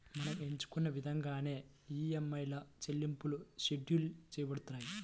మనం ఎంచుకున్న ఇదంగానే ఈఎంఐల చెల్లింపులు షెడ్యూల్ చేయబడతాయి